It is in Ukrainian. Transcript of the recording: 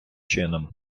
чином